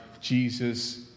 Jesus